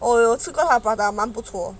我有吃过他的 prata 蛮不错